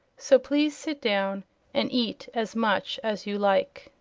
so please sit down and eat as much as you like.